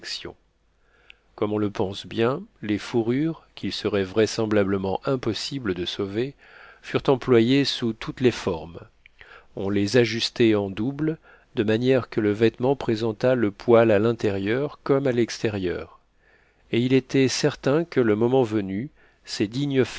comme on le pense bien les fourrures qu'il serait vraisemblablement impossible de sauver furent employées sous toutes les formes on les ajustait en double de manière que le vêtement présentât le poil à l'intérieur comme à l'extérieur et il était certain que le moment venu ces dignes